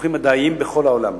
לפיתוחים מדעיים בכל העולם.